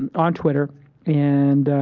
and on twitter and